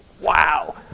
wow